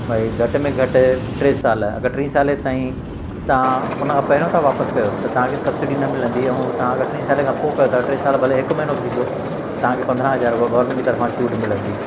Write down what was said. भई घटि में घटि टे साल अगरि टीह साल ताईं तव्हां हुन खां पहिरों था वापसि कयो त तव्हांखे सब्सिडी न मिलंदी ऐं तव्हांखे टीह साल खां पोइ टे साल भले हिकु महिनो थींदो तव्हांखे पंद्रहं हज़ार उहा गॉरमेंट जी तरफ़ा छुट मिलंदी